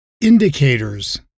indicators